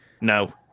No